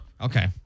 Okay